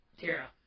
Tara